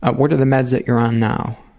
ah what are the meds that you're on now?